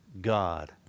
God